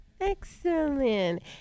Excellent